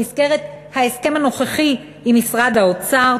במסגרת ההסכם הנוכחי עם משרד האוצר,